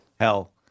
Hell